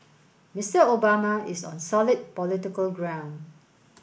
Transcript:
Mister Obama is on solid political ground